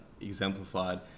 exemplified